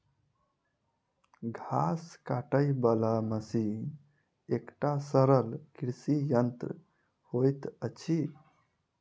घास काटय बला मशीन एकटा सरल कृषि यंत्र होइत अछि